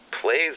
Please